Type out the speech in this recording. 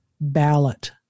ballot